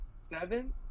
seven